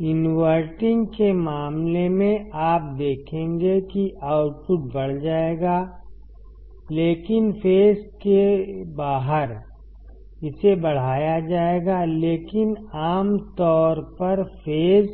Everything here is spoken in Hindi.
इनवर्टिंग के मामले में आप देखेंगे कि आउटपुट बढ़ जाएगा लेकिन फेज के बाहर इसे बढ़ाया जाएगा लेकिन आम तौर पर फेज